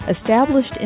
Established